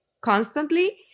constantly